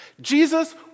Jesus